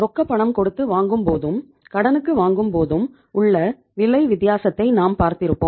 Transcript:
ரொக்கப் பணம் கொடுத்து வாங்கும் போதும் கடனுக்கு வாங்கும்போதும் உள்ள விலை வித்தியாசத்தை நாம் பார்த்திருப்போம்